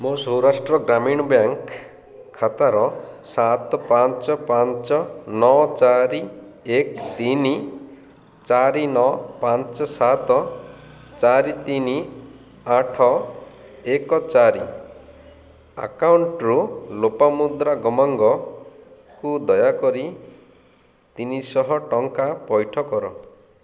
ମୋ ସୌରାଷ୍ଟ୍ର ଗ୍ରାମୀଣ ବ୍ୟାଙ୍କ୍ ଖାତାର ସାତ ପାଞ୍ଚ ପାଞ୍ଚ ନଅ ଚାରି ଏକ ତିନି ଚାରି ନଅ ପାଞ୍ଚ ସାତ ଚାରି ତିନି ଆଠ ଏକ ଚାରି ଆକାଉଣ୍ଟରୁ ଲୋପାମୁଦ୍ରା ଗମାଙ୍ଗକୁ ଦୟାକରି ତିନିଶହ ଟଙ୍କା ପଇଠ କର